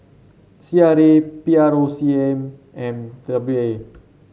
C R A P R O C M M W A